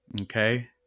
okay